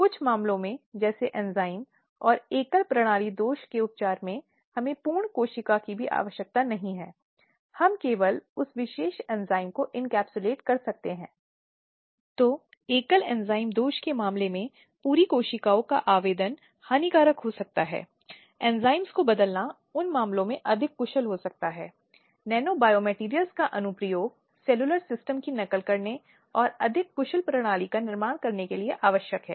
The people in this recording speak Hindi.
और इसीलिए संयुक्त राष्ट्र ने इस तथ्य को स्वीकार किया कि जब तक लिंग आधारित हिंसा है जो समाज में अस्तित्व में है यह कहीं न कहीं महिलाओं के विकास और महिलाओं के अधिकारों की प्राप्ति के लिए एक बाधा है